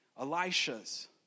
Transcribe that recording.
Elisha's